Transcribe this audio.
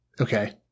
okay